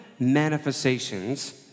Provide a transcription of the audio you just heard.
Manifestations